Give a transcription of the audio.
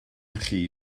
chi